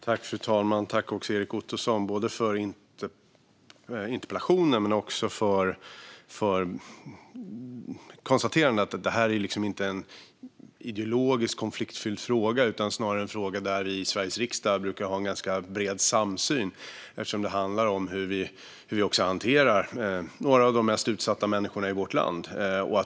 Fru talman! Tack, Erik Ottoson, för både interpellationen och konstaterandet att detta inte är en ideologiskt konfliktfylld fråga! Det är snarare en fråga där vi i Sveriges riksdag brukar ha en bred samsyn, eftersom det handlar om hur vi hanterar några av de mest utsatta människorna i vårt land.